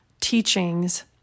teachings